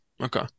Okay